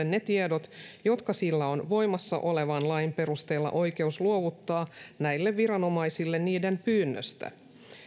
ne tiedot jotka sillä on voimassa olevan lain perusteella oikeus luovuttaa näille viranomaisille niiden pyynnöstä